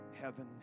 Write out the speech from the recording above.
heaven